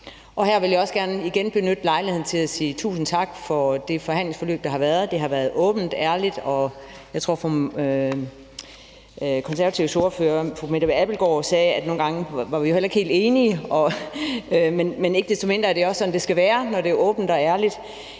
Og her vil jeg også gerne igen benytte lejligheden til at sige tusind tak for det forhandlingsforløb, der har været, og som har været åbent og ærligt, og jeg tror også, at Konservatives ordfører, fru Mette Abildgaard sagde, at vi jo nogle gange heller ikke var enige. Men ikke desto mindre er det jo også sådan, det skal være, når det er åbent og ærligt,